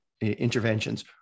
interventions